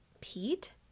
Pete